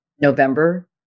November